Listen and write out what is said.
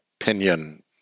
opinion